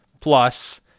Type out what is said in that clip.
plus